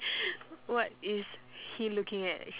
what is he looking at actually